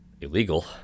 illegal